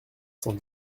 cent